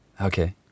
Okay